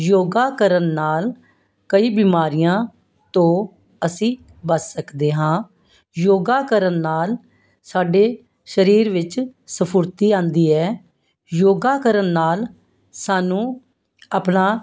ਯੋਗਾ ਕਰਨ ਨਾਲ ਕਈ ਬਿਮਾਰੀਆਂ ਤੋਂ ਅਸੀਂ ਬਚ ਸਕਦੇ ਹਾਂ ਯੋਗਾ ਕਰਨ ਨਾਲ ਸਾਡੇ ਸਰੀਰ ਵਿੱਚ ਸਫੁਰਤੀ ਆਉਂਦੀ ਹੈ ਯੋਗਾ ਕਰਨ ਨਾਲ ਸਾਨੂੰ ਆਪਣਾ